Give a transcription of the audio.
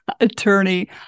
attorney